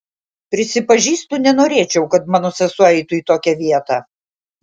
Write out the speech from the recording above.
prisipažįstu nenorėčiau kad mano sesuo eitų į tokią vietą